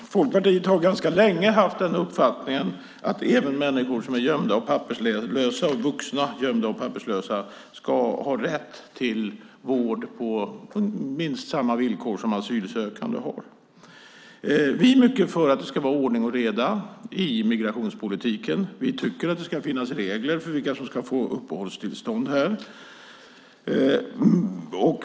Fru talman! Folkpartiet har ganska länge haft uppfattningen att även vuxna människor som är gömda och papperslösa ska ha rätt till vård på minst samma villkor som asylsökande har. Vi är mycket för att det ska vara ordning och reda i migrationspolitiken. Vi tycker att det ska finnas regler för vilka som ska få uppehållstillstånd här.